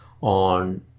on